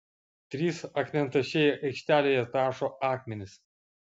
trys akmentašiai aikštelėje tašo akmenis